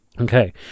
Okay